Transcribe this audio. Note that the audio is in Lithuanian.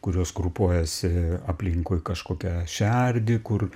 kurios grupuojasi aplinkui kažkokią šerdį kur